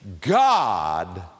God